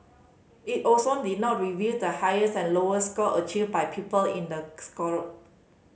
it also did not reveal the highest and lowest score achieved by pupil in the score